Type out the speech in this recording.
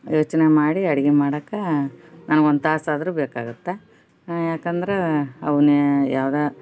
ಯೋಚನೆ ಮಾಡಿ ಅಡ್ಗೆ ಮಾಡಕ್ಕೆ ನನ್ಗೆ ಒಂದು ತಾಸಾದರೂ ಬೇಕಾಗತ್ತೆ ಯಾಕಂದ್ರೆ ಅವನ್ನೇ ಯಾವ್ದೋ